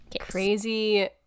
Crazy